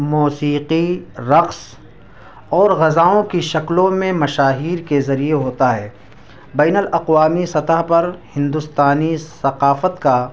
موسیقی رقص اور غذاؤں کی شکلوں میں مشاہیر کے ذریعے ہوتا ہے بین الاقوامی سطح پر ہندوستانی ثقافت کا